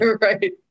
right